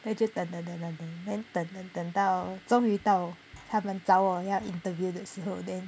then 就等等等等等 then 等等等到终于到他们找我要 interview 的时候 then